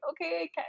okay